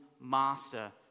master